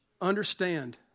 understand